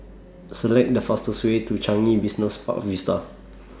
Select The fastest Way to Changi Business Park Vista